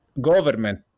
government